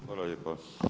Hvala lijepa.